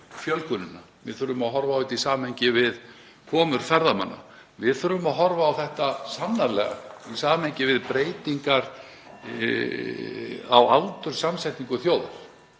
við þurfum að horfa á þetta í samhengi við komur ferðamanna og sannarlega að horfa á þetta í samhengi við breytingar á aldurssamsetningu þjóðar.